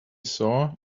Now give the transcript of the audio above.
saw